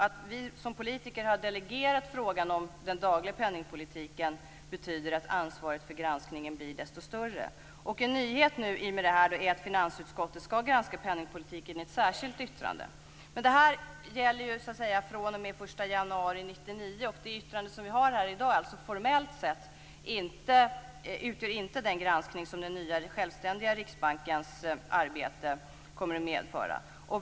Att vi som politiker har delegerat frågan om den dagliga penningpolitiken betyder att ansvar för granskningen blir desto större. En nyhet i och med det här är att finansutskottet skall granska penningpolitiken i ett särskilt yttrande. Men det gäller ju så att säga fr.o.m. den 1 januari 1999. Det yttrande som vi har här i dag utgör alltså formellt sett inte den granskning som den nya, självständiga Riksbankens arbete kommer att medföra.